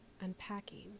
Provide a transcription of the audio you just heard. unpacking